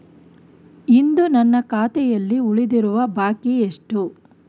ಇಂದು ನನ್ನ ಖಾತೆಯಲ್ಲಿ ಉಳಿದಿರುವ ಬಾಕಿ ಎಷ್ಟು?